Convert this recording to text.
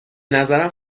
نظرم